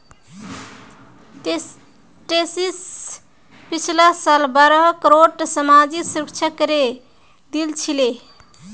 TCS पिछला साल बारह करोड़ सामाजिक सुरक्षा करे दिल छिले